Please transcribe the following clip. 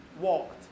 walked